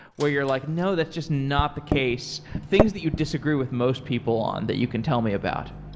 where you're like, no, that's just not the case. things that you disagree with most people on that you can tell me about